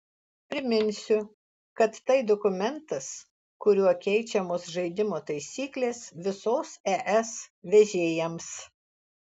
priminsiu kad tai dokumentas kuriuo keičiamos žaidimo taisyklės visos es vežėjams